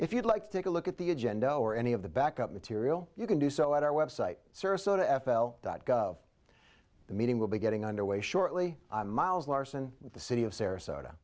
if you'd like to take a look at the agenda or any of the back up material you can do so at our website service so to f l dot gov the meeting will be getting underway shortly miles larson the city of sarasota